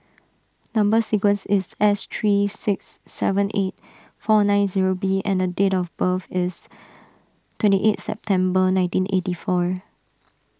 Number Sequence is S three six seven eight four nine zero B and date of birth is twenty eight September nineteen eighty four